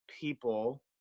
people